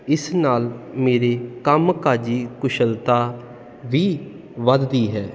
ਇਸ ਨਾਲ ਮੇਰੇ ਕੰਮਕਾਜੀ ਕੁਸ਼ਲਤਾ ਵੀ ਵਧਦੀ ਹੈ